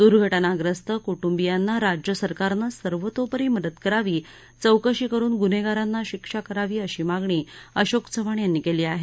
दुर्घटनाग्रस्त कुटुंबीयांना राज्य सरकारनं सर्वतोपरी मदत करावी चौकशी करून ग्र्न्हेगारांना शिक्षा करावी अशी मागणी अशोक चव्हाण यांनी केली आहे